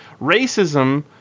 Racism